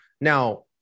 Now